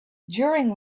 during